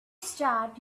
start